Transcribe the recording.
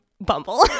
Bumble